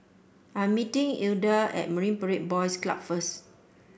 I am meeting Ilda at Marine Parade Boys Club first